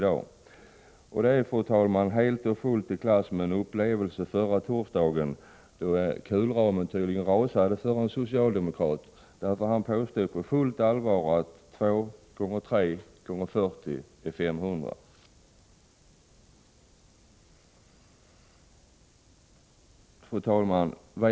Upplevelsen är helt och fullt i klass med den upplevelse man fick förra torsdagen, då kulramen tydligen rasade för en socialdemokrat — han påstod på fullt allvar att 2x3x40 är 500. Fru talman!